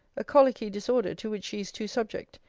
a colicky disorder, to which she is too subject.